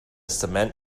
cement